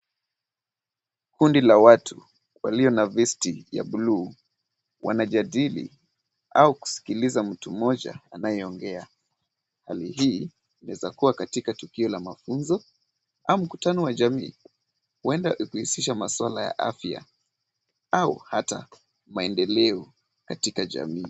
Kundi la watu walio na vesti ya buluu , wanajadili au kusikiliza mtu mmoja anayeongea. Hali hii inaeza kuwa katika tukio la mafunzo au mkutano wa jamii. Huenda ikahusisha maswala ya afya au hata maendeleo katika jamii.